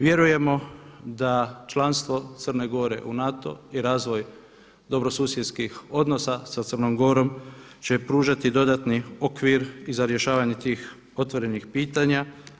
Vjerujemo da članstvo Crne Gore u NATO i razvoj dobrosusjedskih odnosa sa Crnom Gorom će pružati dodatni okvir i za rješavanje tih otvorenih pitanja.